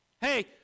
Hey